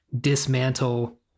dismantle